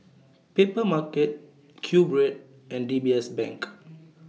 Papermarket Q Bread and D B S Bank